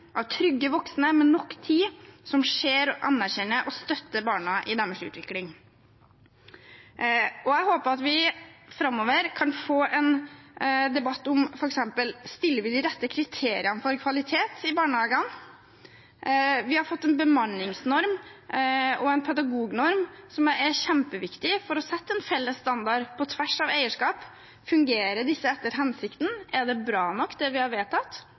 av trygge voksne med nok tid, som ser, anerkjenner og støtter barna i deres utvikling. Jeg håper at vi framover kan få en debatt om f.eks.: Stiller vi de rette kriteriene for kvalitet i barnehagene? Vi har fått en bemanningsnorm og en pedagognorm som er kjempeviktig for å sette en felles standard på tvers av eierskap. Fungerer disse etter hensikten? Er det bra nok, det vi har vedtatt?